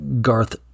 Garth